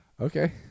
okay